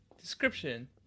description